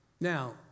Now